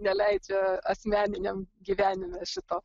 neleidžia asmeniniam gyvenime šito